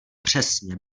přesně